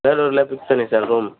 வேலூரில் fixed sir room